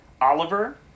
Oliver